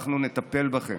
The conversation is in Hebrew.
אנחנו נטפל בכם.